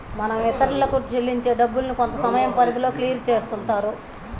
మనం ఇతరులకు చెల్లించే డబ్బుల్ని కొంతసమయం పరిధిలో క్లియర్ చేస్తుంటారు